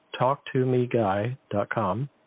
TalkToMeGuy.com